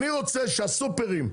אני רוצה שהסופרים,